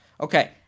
Okay